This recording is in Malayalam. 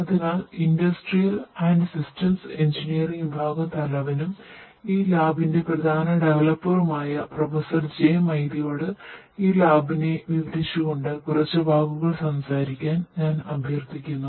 അതിനാൽ ഇൻഡസ്ട്രിയൽ ആൻഡ് സിസ്റ്റംസ് എഞ്ചിനീയറിംഗ് വിവരിച്ചുകൊണ്ട് കുറച്ച് വാക്കുകൾ സംസാരിക്കാൻ ഞാൻ അഭ്യർത്ഥിക്കുന്നു